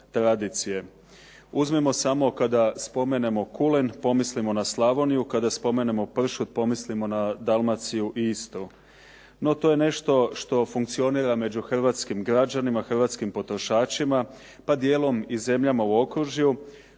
Uzmimo samo kada spomenemo kulen pomislimo na Slavoniju, kada spomenemo pršut pomislimo na Dalmaciju i Istru, no to je nešto što funkcionira među hrvatskim građanima, hrvatskim potrošačima pa djelom i zemljama u okružju.